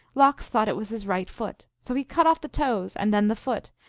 lox thought it was his right foot. so he cut off the toes, and then the foot,